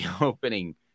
opening